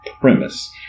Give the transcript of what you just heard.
premise